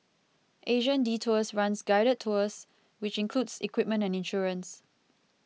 Asian Detours runs guided tours which includes equipment and insurance